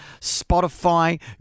Spotify